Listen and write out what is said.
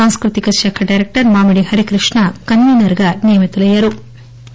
సాంస్కృతికశాఖ director Mamidi Harikrishna కన్వీనర్గా నియమితులయ్యారు